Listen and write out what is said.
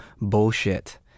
bullshit